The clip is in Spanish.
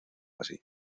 así